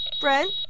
Brent